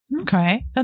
Okay